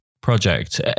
project